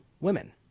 women